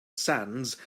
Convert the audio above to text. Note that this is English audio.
sands